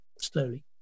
slowly